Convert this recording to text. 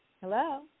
Hello